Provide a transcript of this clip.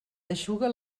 eixuga